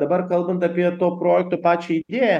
dabar kalbant apie to projekto pačią idėją